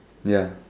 ya